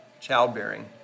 childbearing